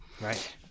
Right